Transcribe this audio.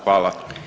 Hvala.